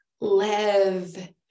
live